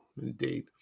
indeed